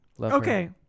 Okay